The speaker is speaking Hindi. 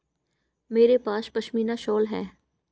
मेरे पास पशमीना शॉल है